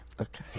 Okay